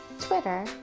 Twitter